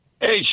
Hey